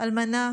אלמנה